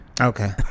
Okay